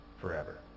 forever